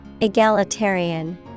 Egalitarian